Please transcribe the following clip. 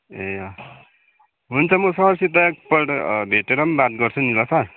ए हुन्छ म सरसित एकपल्ट भेटेर पनि बात गर्छु नि ल सर